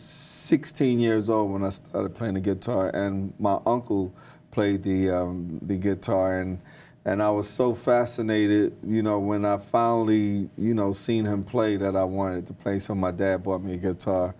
sixteen years old when i started playing the guitar and my uncle played the guitar and and i was so fascinated you know went off ali you know seen him play that i wanted to play so my dad bought me a guitar